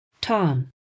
Tom